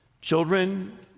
Children